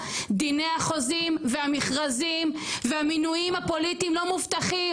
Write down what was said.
דיני החוזים והמכרזים והמינויים הפוליטיים לא מובטחים.